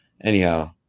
anyhow